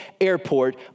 airport